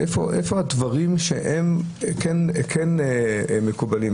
איפה הדברים שכן מקובלים.